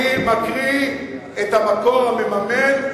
אני מקריא את המקור המממן,